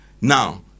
now